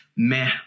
meh